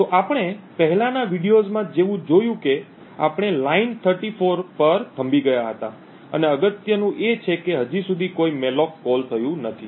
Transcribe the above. તો આપણે પહેલાનાં વિડિઓઝમાં જેવું જોયું કે આપણે લાઇન 34 પર થંભી ગયા હતા અને અગત્યનું એ છે કે હજી સુધી કોઈ મૅલોક કોલ થયું નથી